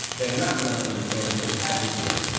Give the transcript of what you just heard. they're not gonna understand until it happens to them.